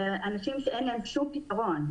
אלא אנשים שאין להם שום פתרון.